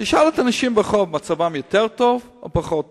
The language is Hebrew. תשאל את האנשים ברחוב, מצבם יותר טוב או פחות טוב?